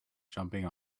jumping